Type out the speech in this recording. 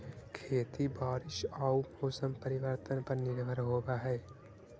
खेती बारिश आऊ मौसम परिवर्तन पर निर्भर होव हई